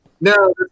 No